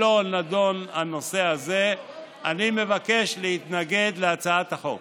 והנושא הזה לא נדון, אני מבקש להתנגד להצעת החוק.